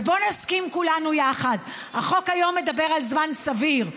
ובואו נסכים כולנו יחד: החוק היום מדבר על זמן סביר.